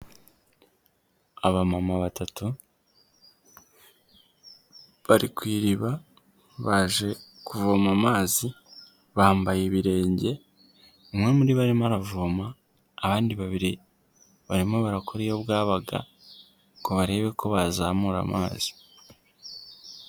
Abamama batatu bari ku iriba baje kuvoma amazi bambaye ibirenge umwe muri bo arimo aravoma abandi babiri barimo barakora iyo bwabaga ngo barebe ko bazamura amazi.